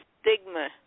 stigma